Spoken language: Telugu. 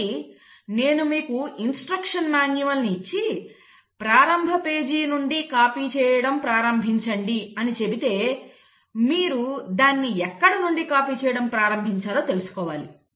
కాబట్టి నేను మీకు ఇన్స్ట్రక్షన్ మాన్యువల్ని ఇచ్చి ప్రారంభ పేజీ నుండి కాపీ చేయడం ప్రారంభించండి అని చెబితే మీరు దానిని ఎక్కడ నుండి కాపీ చేయడం ప్రారంభించాలో తెలుసుకోవాలి